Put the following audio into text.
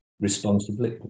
responsibly